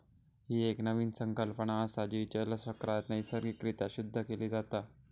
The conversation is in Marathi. ही एक नवीन संकल्पना असा, जी जलचक्रात नैसर्गिक रित्या शुद्ध केली जाता